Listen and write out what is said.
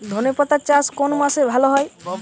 ধনেপাতার চাষ কোন মাসে ভালো হয়?